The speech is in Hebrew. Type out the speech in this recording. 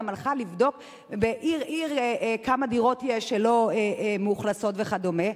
גם הלכה לבדוק עיר-עיר כמה דירות לא מאוכלסות יש וכדומה,